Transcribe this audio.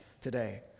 today